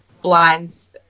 blinds